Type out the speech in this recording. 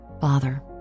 Father